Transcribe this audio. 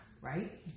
right